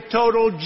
total